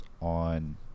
on